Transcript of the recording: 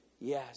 yes